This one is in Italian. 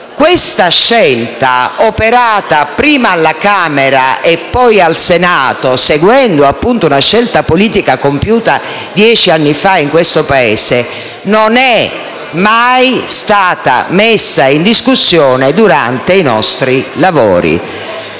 Questa scelta, operata prima alla Camera dei deputati e poi al Senato, seguendo una scelta politica compiuta dieci anni fa in questo Paese, non è mai stata messa in discussione durante i nostri lavori.